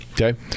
Okay